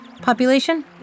population